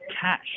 cash